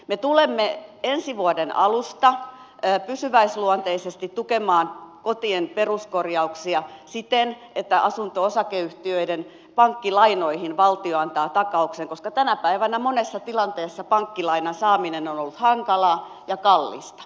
me tulemme ensi vuoden alusta pysyväisluonteisesti tukemaan kotien peruskorjauksia siten että valtio antaa takauksen asunto osakeyhtiöiden pankkilainoihin koska tänä päivänä monessa tilanteessa pankkilainan saaminen on ollut hankalaa ja kallista